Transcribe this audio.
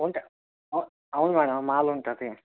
ఉంటా అవును మ్యాడమ్ మాల ఉంటుంది